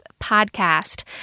podcast